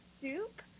soup